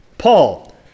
Paul